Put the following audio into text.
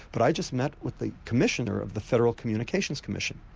but i just met with the commissioner of the federal communications commission,